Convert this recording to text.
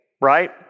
right